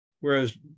whereas